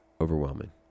overwhelming